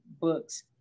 books